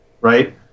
right